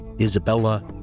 Isabella